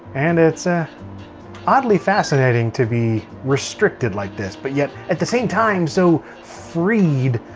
and it's ah oddly fascinating to be restricted like this, but yet at the same time, so freed!